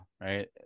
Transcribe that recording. right